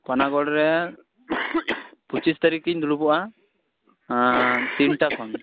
ᱯᱟᱱᱟᱜᱚᱲ ᱨᱮ ᱯᱚᱸᱪᱤᱥ ᱛᱟ ᱨᱤᱠᱷ ᱤᱧ ᱫᱩᱲᱩᱵᱚᱜ ᱟ ᱟᱸ ᱛᱤᱱᱴᱟ ᱠᱷᱚᱱ